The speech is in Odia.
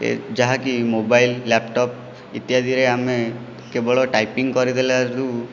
ଏ ଯାହାକି ମୋବାଇଲ୍ ଲ୍ୟାପ୍ଟପ୍ ଇତ୍ୟାଦିରେ ଆମେ କେବଳ ଟାଇପିଂ କରିଦେଲାରୁ